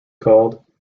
called